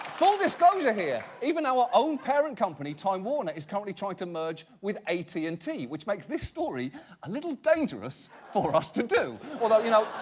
full disclosure here. even our own parent company, time warner is currently trying to merge with at and t, which makes this story a little dangerous for us to do. although you know,